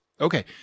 Okay